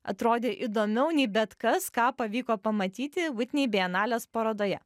atrodė įdomiau nei bet kas ką pavyko pamatyti vitnei bienalės parodoje